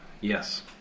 Yes